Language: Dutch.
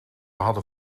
hadden